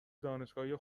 دانشگاهی